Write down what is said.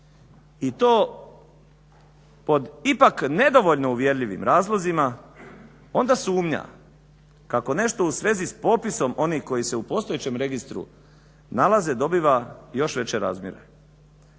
i to pod ipak nedovoljno uvjerljivim razlozima. Onda sumnja kako nešto u svezi s popisom onih koji se u postojećem registru nalaze dobiva još veće razmjere.